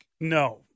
No